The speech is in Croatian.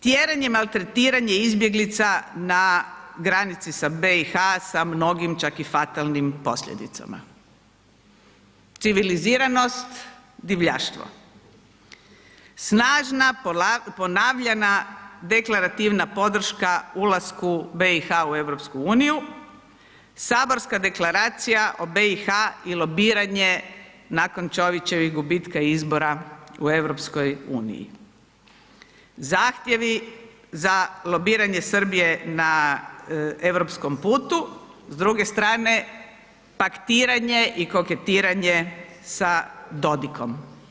Tjeranje, maltretiranje izbjeglica na granici sa BiH sa mnogim čak i fatalnim posljedicama, civiliziranost, divljaštvo, snažna, ponavljana deklarativna podrška ulasku BiH u EU, saborska deklaracija o BiH i lobiranje nakon Čovićevih gubitka izbora u EU, zahtjevi za lobiranje Srbije na europskom putu, s druge strane paktiranje i koketiranje sa Dodikom.